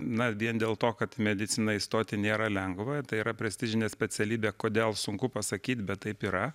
na vien dėl to kad į mediciną įstoti nėra lengva tai yra prestižinė specialybė kodėl sunku pasakyt bet taip yra